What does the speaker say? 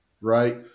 Right